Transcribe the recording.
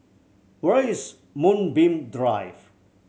where is Moonbeam Drive